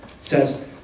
says